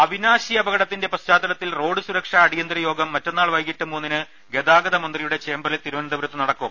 അവിനാശി അപകടത്തിന്റെ പശ്ചാത്തലത്തിൽ റോഡ് സുരക്ഷാ അടിയന്തിര യോഗം മറ്റന്നാൾ വൈകീട്ട് മൂന്നിന് ഗതാഗതമന്ത്രിയുടെ ചേംബറിൽ തിരുവനന്തപുരത്ത് നടക്കും